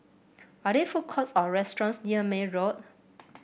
are there food courts or restaurants near May Road